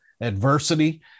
adversity